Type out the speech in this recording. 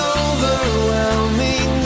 overwhelming